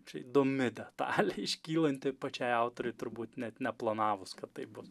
čia įdomi detalė iškylanti pačiai autorei turbūt net neplanavus kad taip bus